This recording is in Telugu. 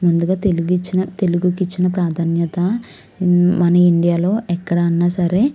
ముందుగా తెలుగు ఇచ్చిన తెలుగుకు ఇచ్చిన ప్రాధాన్యత మన ఇండియాలో ఎక్కడన్న సరే